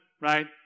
right